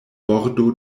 bordo